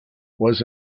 was